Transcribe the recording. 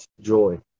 joy